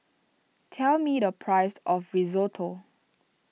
tell me the price of Risotto